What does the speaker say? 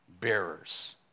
bearers